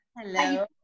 Hello